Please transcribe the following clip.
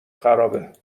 خرابه